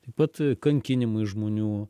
taip pat kankinimai žmonių